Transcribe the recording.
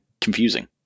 confusing